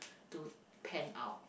to pan out